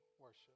worship